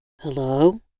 Hello